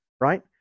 right